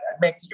make